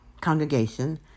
congregation